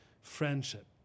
friendship